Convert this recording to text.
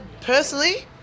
personally